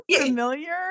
familiar